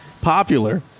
popular